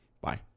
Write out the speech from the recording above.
bye